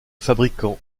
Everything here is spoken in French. fabricant